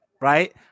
right